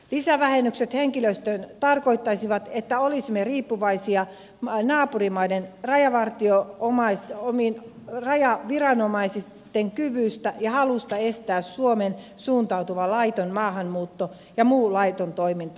lisävähennykset henkilöstöön tarkoittaisivat että olisimme riippuvaisia naapurimaiden rajavartio omaista omiin rajaa viranomaiset rajaviranomaisten kyvystä ja halusta estää suomeen suuntautuva laiton maahanmuutto ja muu laiton toiminta